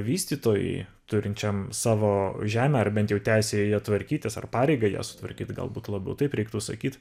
vystytojui turinčiam savo žemę ar bent jau teisę joje tvarkytis ar pareigą ją sutvarkyt galbūt labiau tai reiktų sakyti